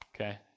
okay